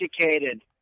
educated